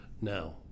Now